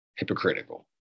hypocritical